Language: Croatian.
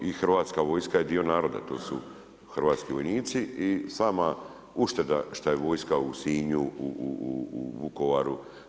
I hrvatska vojska je dio naroda, to su hrvatski vojnici i sama ušteda šta je vojska u Sinju, u Vukovaru.